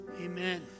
Amen